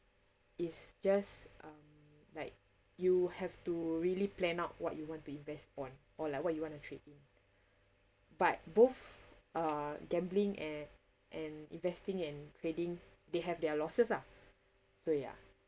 it's just um like you have to really plan out what you want to invest on or like what you want to trade in but both uh gambling and and investing and trading they have their losses ah so ya